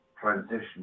transition